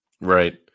Right